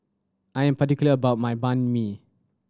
I'm particular about my Banh Mi